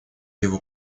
его